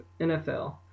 NFL